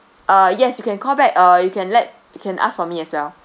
uh yes you can call back uh you can let you can ask for me as well